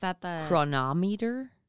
Chronometer